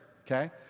okay